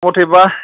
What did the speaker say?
मथेबा